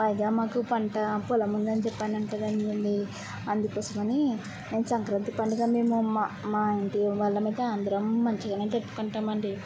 పైగా మాకు పంట పొలముంది అని చెప్పానంటా గానివ్వండి అందుకోసమనీ నేను సంక్రాంతి పండుగ మేము మా మా ఇంటివాళ్ళమయితే అందరం మంచిగానే జరుపుకుంటామండి